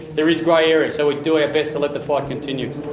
there is grey areas, so we do our best to let the fight continue.